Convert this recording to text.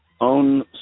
own